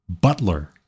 butler